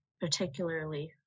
particularly